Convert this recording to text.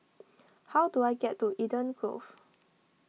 how do I get to Eden Grove